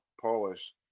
Polish